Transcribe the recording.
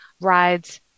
rides